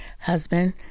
husband